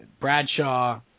Bradshaw